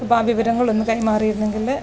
അപ്പോൾ ആ വിവരങ്ങളൊന്ന് കൈമാറിയിരുന്നെങ്കിൽ